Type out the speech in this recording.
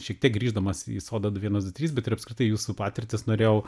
šiek tiek grįždamas į sodą du vienas du trys bet ir apskritai jūsų patirtis norėjau